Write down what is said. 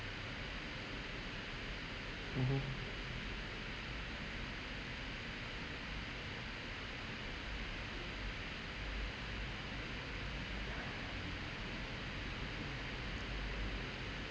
mmhmm